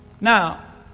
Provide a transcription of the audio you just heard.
Now